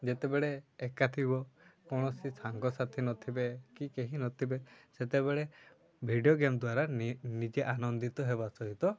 ଯେତେବେଳେ ଏକା ଥିବ କୌଣସି ସାଙ୍ଗସାଥି ନଥିବେ କି କେହି ନଥିବେ ସେତେବେଳେ ଭିଡ଼ିଓ ଗେମ୍ ଦ୍ୱାରା ନିଜେ ଆନନ୍ଦିତ ହେବା ସହିତ